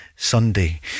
Sunday